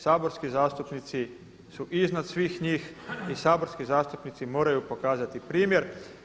Saborski zastupnici su iznad svih njih i saborski zastupnici moraju pokazati primjer.